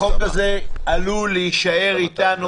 החוק הזה עלול להישאר איתנו,